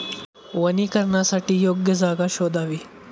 वनीकरणासाठी योग्य जागा शोधावी